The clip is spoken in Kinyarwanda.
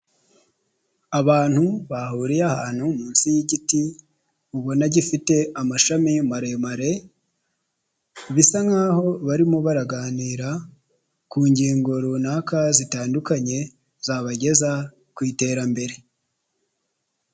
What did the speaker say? Abantu bahuriye ahantu munsi y'igiti ubona gifite amashami maremare, bisa nkaho barimo baraganira ku ngingo runaka zitandukanye zabageza ku iterambere.